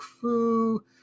Fu